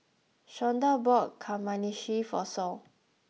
Shawnda bought Kamameshi for Sol